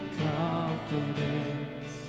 confidence